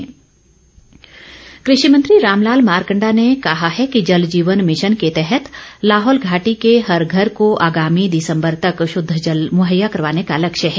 मारकण्डा कृषि मंत्री रामलाल मारकण्डा ने कहा है कि जल जीवन मिशन के तहत लाहौल घाटी के हर घर को आगामी दिसम्बर तक शद्ध जल महैया करवाने का लक्ष्य है